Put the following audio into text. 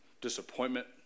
disappointment